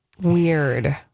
Weird